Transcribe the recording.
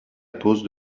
pose